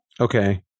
Okay